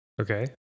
Okay